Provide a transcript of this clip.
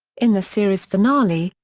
in the series finale,